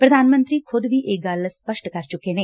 ਪ੍ਰਧਾਨ ਮੰਤਰੀ ਖੁਦ ਵੀ ਇਹ ਗੱਲ ਸਾਫ਼ ਕਰ ਚੁੱਕੇ ਨੇ